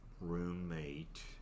roommate